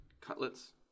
Cutlets